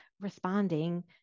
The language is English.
responding